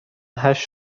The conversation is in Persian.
هشت